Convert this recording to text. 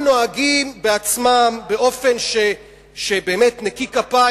בעצמם באופן באמת נקי כפיים,